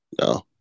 No